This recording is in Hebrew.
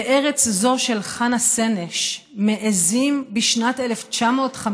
"בארץ זו של חנה סנש מעיזים בשנת 1955